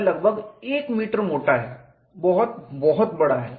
यह लगभग 1 मीटर मोटा है बहुत बहुत बड़ा है